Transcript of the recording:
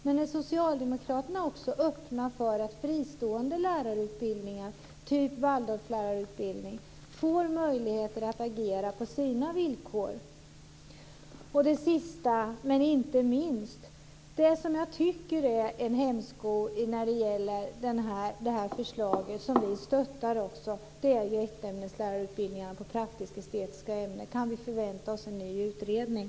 Men är socialdemokraterna också öppna för att fristående lärarutbildningar, typ Waldorflärarutbildning, får möjligheter att agera på sina villkor? Sist men inte minst vill jag ta upp något som jag tycker är en hämsko när det gäller det här förslaget, som vi också stöttar. Det gäller ettämneslärarutbildningar inom praktisk/estetiska ämnen. Kan vi förvänta oss en ny utredning?